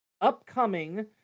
upcoming